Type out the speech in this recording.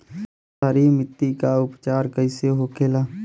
क्षारीय मिट्टी का उपचार कैसे होखे ला?